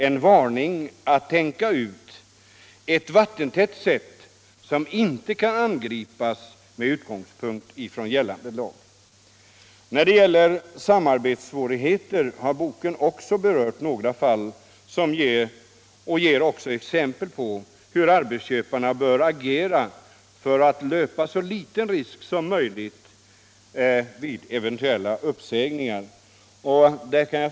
en varning så att företaget tänker ut eu vattentält sätt som inte kan angripas med utgångspunkt från gällande lag. Också när det gäller samarbetssvårigheter har boken berört några fall och ger även exempel på hur arbetsköparen bör agera för att löpa så liten risk som möjligt vid eventuella uppsägningar.